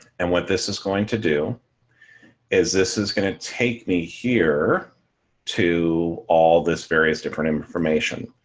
and what this is going to do is this is going to take me here to all this various different information.